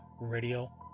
Radio